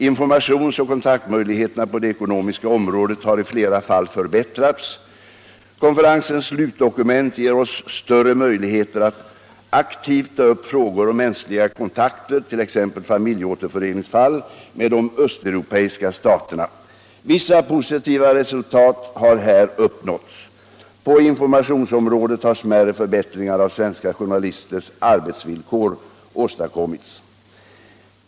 Informations och kontaktmöjligheterna på det ekonomiska området har i flera fall förbättrats. Konferensens slutdokument ger oss större möjligheter att aktivt ta upp frågor om mänskliga kontakter, t.ex. familjeåterföreningsfalt, med de östeuropeiska staterna: Vissa positiva resultat har här uppnåtts. På informationsområdet har smärre förbättringar av svenska journalisters arbetsvillkor åstadkommits.